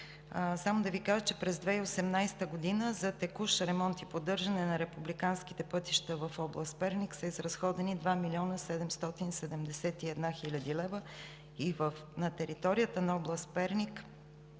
Само да Ви кажа, че през 2018 г. за текущ ремонт и поддържане на републиканските пътища в област Перник, са изразходени 2 млн. 771 хил. лв. На територията на област Перник